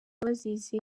bazizi